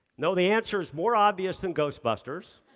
no, the answer is more obvious than ghostbusters.